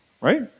Right